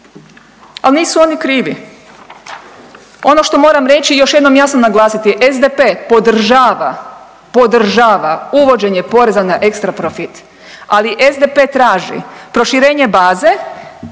a nisu oni krivi. Ono što moram reći i još jednom jasno naglasiti, SDP podržava, podržava uvođenje poreza na ekstra profit, ali SDP traži proširenje baze